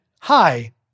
hi